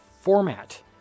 format